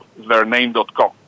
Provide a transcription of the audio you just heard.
theirname.com